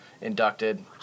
inducted